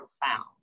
profound